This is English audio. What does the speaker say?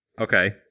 Okay